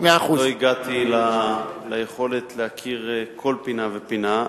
לא הגעתי ליכולת להכיר כל פינה ופינה.